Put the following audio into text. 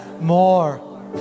more